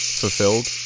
fulfilled